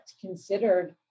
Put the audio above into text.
considered